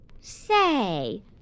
Say